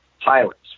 pilots